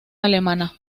alemana